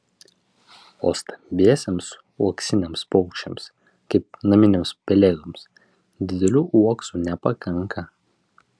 o stambiesiems uoksiniams paukščiams kaip naminėms pelėdoms didelių uoksų nepakanka